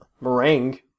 meringue